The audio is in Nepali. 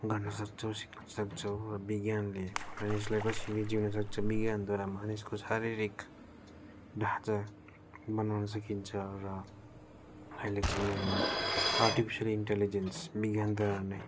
गर्नु सक्छौँ सिक्नु सक्छौँ र विज्ञानले मानिसलाई कसरी जिउन सक्छ विज्ञानद्वारा मानिसको शारीरिक ढाँचा बनाउन सकिन्छ र अहिलेको समयमा आर्टिफिसियल इन्टेलिजेन्स विज्ञानद्वारा नै